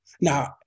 Now